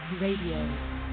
Radio